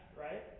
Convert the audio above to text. right